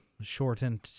shortened